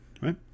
right